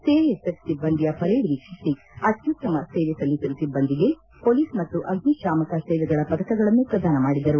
CISF ಸಿಬ್ಬಂದಿಯ parade ವೀಕ್ಷಿಸಿ ಅತ್ಯುತ್ತಮ ಸೇವೆ ಸಲ್ಲಿಸಿದ ಸಿಬ್ಬಂದಿಗೆ ಮೊಲೀಸ್ ಮತ್ತು ಅಗ್ನಿಶಾಮಕ ಸೇವೆಗಳ ಪದಕಗಳನ್ನು ಪ್ರದಾನ ಮಾಡಿದರು